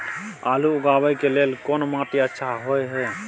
आलू उगाबै के लेल कोन माटी अच्छा होय है?